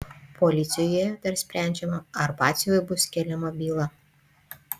policijoje dar sprendžiama ar batsiuviui bus keliama byla